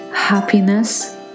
happiness